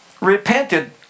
repented